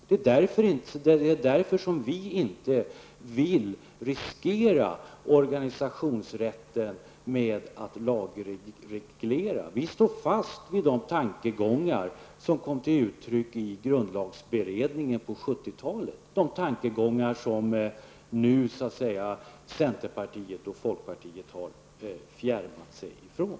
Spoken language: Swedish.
Det är därför som vi inte vill riskera organisationsrätten genom en lagreglering här. Vi står fast vid de tankegångar som kom till uttryck i grundlagsberedningen på 70-talet -- tankegångar som centerpartiet och folkpartiet nu har fjärmat sig från.